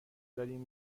داریم